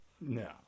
No